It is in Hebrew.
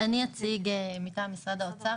אציג מטעם משרד האוצר.